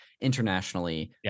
internationally